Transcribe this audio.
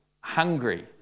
hungry